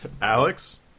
Alex